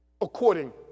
according